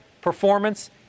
performance